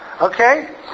Okay